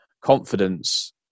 confidence